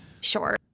Sure